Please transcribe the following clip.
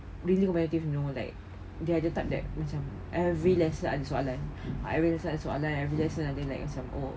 really competitive you know like the other type that macam every lesson ada soalan every lesson ada soalan every lesson ada like macam oh